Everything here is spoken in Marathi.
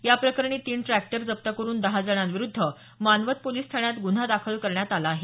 याप्रकरणी तीन ट्रॅक्टर जप्त करून दहा जणांविरुद्ध मानवत पोलिस ठाण्यात गुन्हा दाखल करण्यात आला आहे